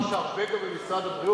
אני יכול לומר שהרבה גם במשרד הבריאות.